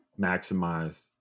maximize